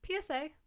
PSA